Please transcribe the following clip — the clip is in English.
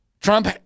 Trump